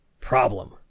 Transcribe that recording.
Problem